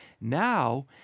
Now